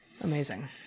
Amazing